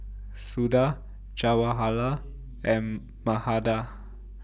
Suda Jawaharlal and Mahade